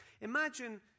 Imagine